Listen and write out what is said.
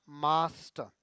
master